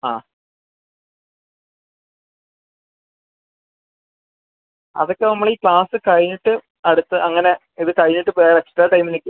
ആ അതൊക്കെ നമ്മൾ ഈ ക്ലാസ്സ് കഴിഞ്ഞിട്ട് നടത്താൻ അങ്ങനെ ഇത് കഴിഞ്ഞിട്ട് എക്സ്ട്രാ ടൈമിലേക്ക്